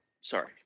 Sorry